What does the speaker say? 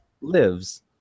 lives